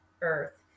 earth